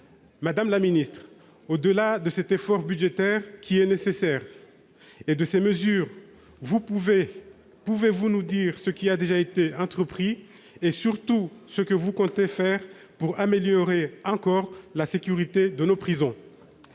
Madame la garde des sceaux, au-delà de cet effort budgétaire, qui est nécessaire, et de ces mesures, pouvez-vous nous dire ce qui a déjà été entrepris et surtout ce que vous comptez faire pour améliorer encore la sécurité de nos prisons